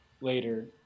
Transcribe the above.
later